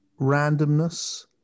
randomness